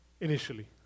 Initially